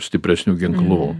stipresnių ginklų